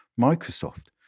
Microsoft